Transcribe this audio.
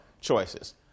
choices